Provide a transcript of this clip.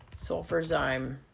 sulfurzyme